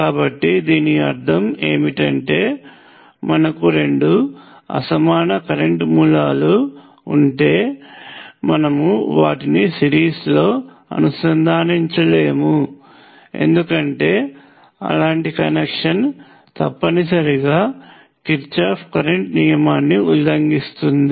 కాబట్టి దీని అర్థం ఏమిటంటే మనకు రెండు అసమాన కరెంట్ మూలాలు ఉంటే మనము వాటిని సిరీస్లో అనుసంధానించలేము ఎందుకంటే అలాంటి కనెక్షన్ తప్పనిసరిగా కిర్చాఫ్ కరెంట్ నియమాన్ని ఉల్లంఘిస్తుంది